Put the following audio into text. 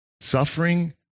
Suffering